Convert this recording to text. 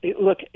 Look